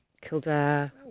Kildare